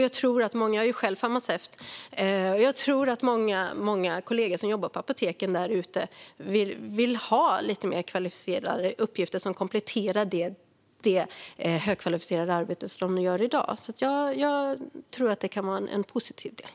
Jag är själv farmaceut, och jag tror att många kollegor på apoteken där ute vill ha lite mer kvalificerade uppgifter som kompletterar det högkvalificerade arbete de gör i dag. Jag tror alltså att detta kan vara en positiv del.